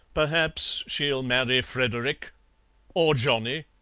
perhaps, she'll marry frederick or johnny.